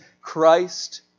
Christ